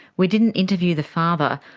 we didn't interview the father,